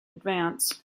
advance